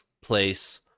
place